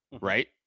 right